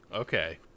Okay